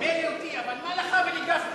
מילא אותי, אבל מה לך ולגפני?